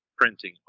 printing